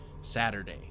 Saturday